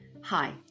Hi